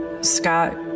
Scott